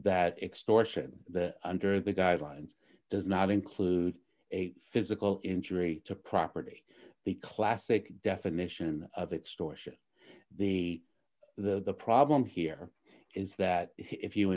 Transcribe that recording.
that extortion the under the guidelines does not include a physical injury to property the classic definition of extortion the the the problem here is that if you